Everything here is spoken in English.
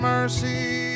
Mercy